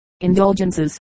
Indulgences